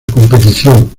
competición